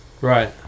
Right